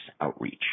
outreach